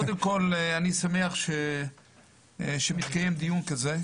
קודם כל, אני שמח שהתקיים דיון כזה.